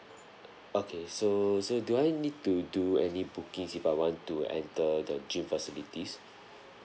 okay so so do I need to do any bookings if I want to enter the gym facilities